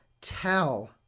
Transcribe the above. tell